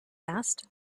asked